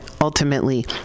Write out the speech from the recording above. ultimately